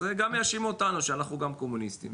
אז גם יאשימו אותנו שאנחנו קומוניסטים,